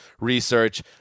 research